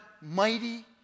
mighty